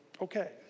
okay